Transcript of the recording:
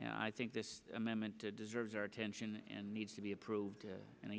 and i think this amendment to deserves our attention and needs to be approved and